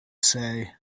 say